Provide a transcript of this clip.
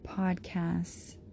podcasts